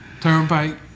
Turnpike